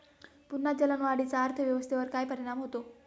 पुन्हा चलनवाढीचा अर्थव्यवस्थेवर काय परिणाम होतो